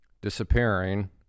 Disappearing